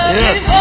yes